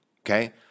Okay